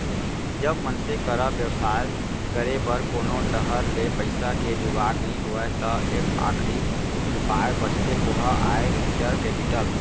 जब मनसे करा बेवसाय करे बर कोनो डाहर ले पइसा के जुगाड़ नइ होय त एक आखरी उपाय बचथे ओहा आय वेंचर कैपिटल